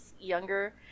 younger